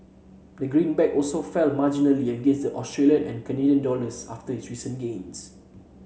the green back also fell marginally against the Australian and Canadian dollars after its recent gains